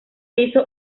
hizo